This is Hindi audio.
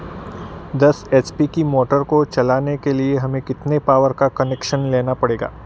दस एच.पी की मोटर को चलाने के लिए हमें कितने पावर का कनेक्शन लेना पड़ेगा?